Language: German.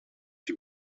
die